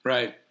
Right